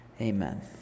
Amen